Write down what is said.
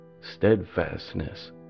steadfastness